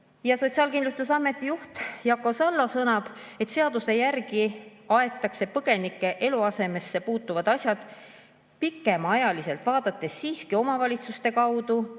on. Sotsiaalkindlustusameti juht Jako Salla sõnab, et seaduse järgi aetakse põgenike eluasemesse puutuvaid asju pikemaajaliselt vaadates siiski omavalitsuste kaudu,